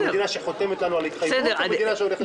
במדינה שחותמת לנו על התחייבות או במדינה שהולכת לבג"ץ?